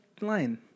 line